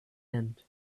end